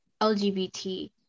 lgbt